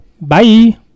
Bye